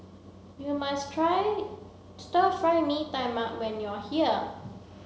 you must try stir fry mee tai mak when you are here